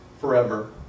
forever